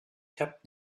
kept